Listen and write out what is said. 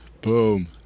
boom